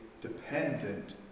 dependent